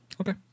Okay